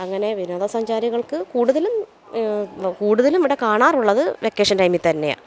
അങ്ങനെ വിനോദസഞ്ചാരികള്ക്ക് കൂടുതലും കൂടുതലും ഇവിടെ കാണാറുള്ളത് വെക്കേഷന് ടൈമില് തന്നെയാണ്